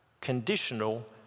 conditional